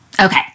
Okay